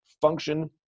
Function